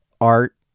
art